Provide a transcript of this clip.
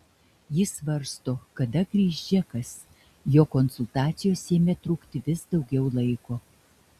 ji svarsto kada grįš džekas jo konsultacijos ėmė trukti vis daugiau laiko